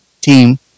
team